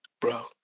Bro